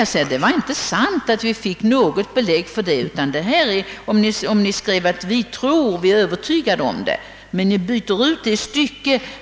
Jag menar att det inte är sant att vi fått belägg för detta. Om ni hade skrivit »Vi tror», »vi är övertygade om» 0. s. V. skulle jag ha förstått er.